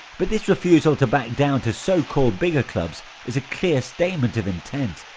but this refusal to back down to so-called bigger clubs is a clear statement of intent.